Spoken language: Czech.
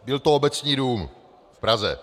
Byl to Obecní dům v Praze.